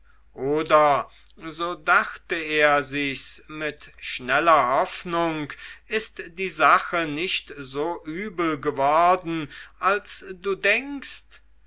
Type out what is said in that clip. oder so dachte er sich's mit schneller hoffnung ist die sache nicht so übel geworden als du denkst